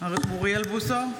אוריאל בוסו,